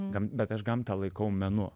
gam bet aš gamtą laikau menu